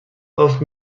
off